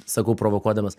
sakau provokuodamas